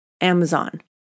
Amazon